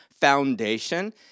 foundation